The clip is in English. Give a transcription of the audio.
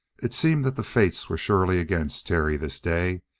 it seemed that the fates were surely against terry this day.